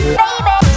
Baby